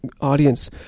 audience